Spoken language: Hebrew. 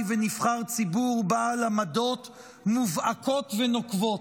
ונבחר ציבור בעל עמדות מובהקות ונוקבות,